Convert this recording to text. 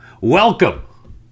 Welcome